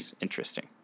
interesting